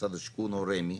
משרד השיכון או רמ"י,